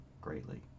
greatly